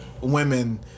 women